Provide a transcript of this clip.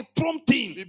prompting